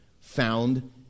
Found